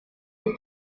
est